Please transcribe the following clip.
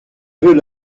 veux